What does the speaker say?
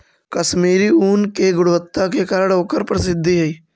कश्मीरी ऊन के गुणवत्ता के कारण ओकर प्रसिद्धि हइ